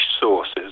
sources